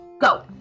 Go